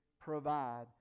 provide